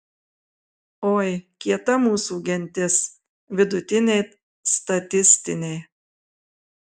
oi kieta mūsų gentis vidutiniai statistiniai